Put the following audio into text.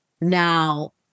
Now